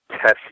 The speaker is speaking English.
test